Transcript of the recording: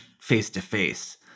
face-to-face